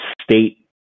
state